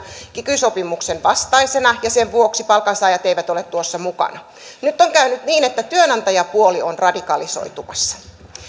kiky sopimuksen vastaisena ja sen vuoksi palkansaajat eivät ole tuossa mukana nyt on käynyt niin että työnantajapuoli on radikalisoitumassa